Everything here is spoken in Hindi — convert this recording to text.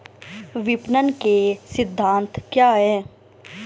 विपणन के सिद्धांत क्या हैं?